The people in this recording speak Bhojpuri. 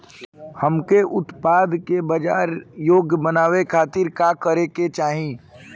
हमके उत्पाद के बाजार योग्य बनावे खातिर का करे के चाहीं?